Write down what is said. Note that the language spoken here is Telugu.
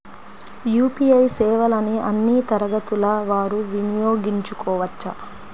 యూ.పీ.ఐ సేవలని అన్నీ తరగతుల వారు వినయోగించుకోవచ్చా?